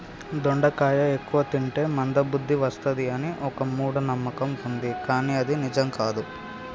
దొండకాయ ఎక్కువ తింటే మంద బుద్ది వస్తది అని ఒక మూఢ నమ్మకం వుంది కానీ అది నిజం కాదు